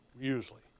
usually